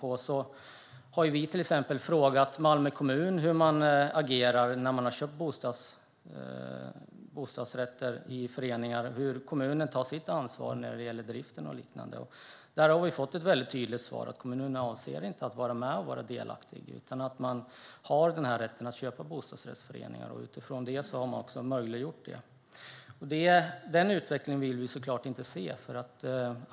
Vi har till exempel frågat Malmö kommun hur man agerar när man har köpt bostadsrätter i föreningar och hur man tar sitt ansvar när det gäller drift och liknande. Där har vi fått ett väldigt tydligt svar. Kommunen avser inte att vara delaktig. Man har den här rätten att köpa bostadsrätter, och utifrån det har man också möjliggjort detta. Den utvecklingen vill vi såklart inte se.